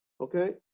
Okay